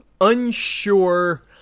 unsure